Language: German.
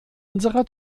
unserer